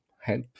help